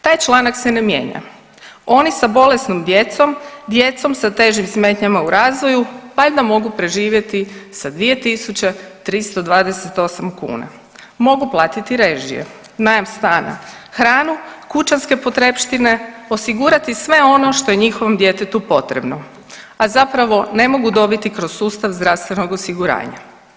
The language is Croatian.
Taj članak se ne mijenja, oni sa bolesnom djecom, djecom sa težim smetnjama u razvoju … [[Govornik se ne razumije]] mogu preživjeti sa 2.328 kuna, mogu platiti režije, najam stana, hranu, kućanske potrepštine, osigurati sve ono što je njihovom djetetu potrebno, a zapravo ne mogu dobiti kroz sustav zdravstvenog osiguranja.